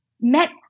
met